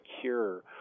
cure